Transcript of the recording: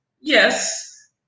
yes